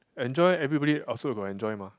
enjoy everybody also got enjoy mah